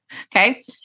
okay